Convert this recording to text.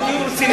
זה דיון רציני?